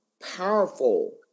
powerful